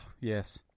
yes